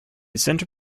center